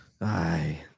aye